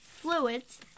fluids